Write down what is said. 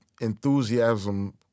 enthusiasm